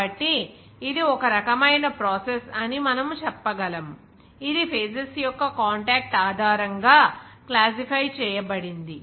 కాబట్టి ఇది ఒక రకమైన ప్రాసెస్ అని మనము చెప్పగలం ఇది ఫేజెస్ యొక్క కాంటాక్ట్ ఆధారంగా క్లాసిఫై చేయబడింది